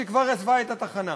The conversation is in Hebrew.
שכבר עזבה את התחנה.